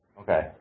Okay